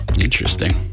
Interesting